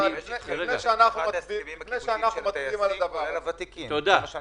לפני שאנחנו מצביעים על הדבר הזה,